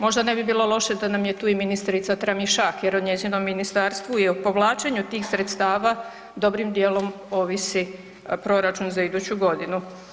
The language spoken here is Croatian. Možda ne bi bilo loše da nam je tu i ministrica Tramišak jer o njezinom ministarstvu i o povlačenju tih sredstava dobrim dijelom ovisi proračun za iduću godinu.